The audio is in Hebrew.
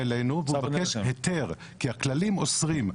בדבר סכום המימון הנחוץ.